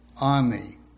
army